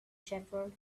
shepherd